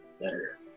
better